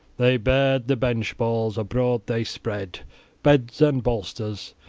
they bared the bench-boards abroad they spread beds and bolsters.